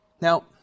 Now